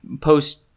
post